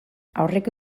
aurreko